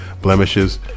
blemishes